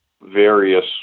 various